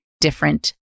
different